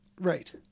Right